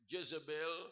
Jezebel